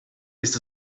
ist